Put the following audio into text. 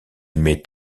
met